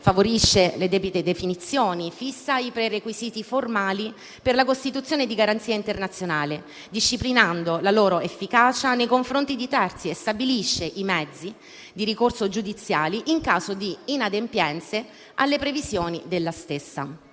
favorisce le debite definizioni; fissa i prerequisiti formali per la costituzione di garanzia internazionale, disciplinando la loro efficacia nei confronti di terzi e stabilisce i mezzi di ricorso giudiziali in caso di inadempienze alle previsioni della stessa.